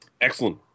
Excellent